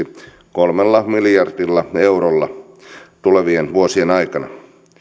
kolmella miljardilla eurolla tulevien vuosien aikana